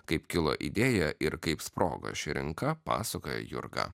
kaip kilo idėja ir kaip sprogo ši rinka pasakoja jurga